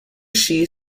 she